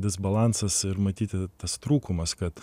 disbalansas ir matyti tas trūkumas kad